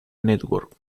network